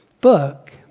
book